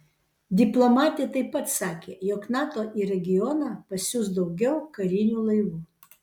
diplomatė taip pat sakė jog nato į regioną pasiųs daugiau karinių laivų